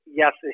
yes